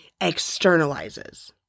externalizes